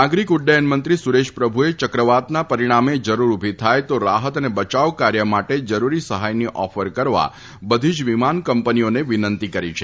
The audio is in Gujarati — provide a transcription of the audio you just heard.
નાગરિક ઉડ્ડથન મંત્રી સુરેશ પ્રભુએ ચક્રવાતના પરિણામે જરૂર ઉભી થાય તો રાફત અને બચાવ કાર્ય માટે જરૂરી સહાયની ઓફર કરવા બધી જ વિમાન કંપનીઓને વિનંતી કરી છે